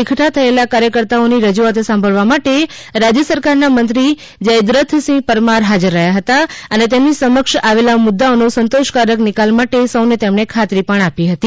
એકઠા થયેલા કાર્યકર્તાઓ ની રજૂઆત સાંભળવા માટે રાજ્ય સરકારના મંત્રી જયદ્રથસિંહ પરમાર હાજર રહ્યા હતા અને તેમની સમક્ષ આવેલા મુદ્દાઓ નો સંતોષકારક નિકાલ માટે સૌને તેમણે ખાતરી આપી હતી